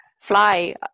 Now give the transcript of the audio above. fly